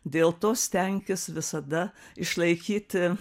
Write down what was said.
dėl to stenkis visada išlaikyti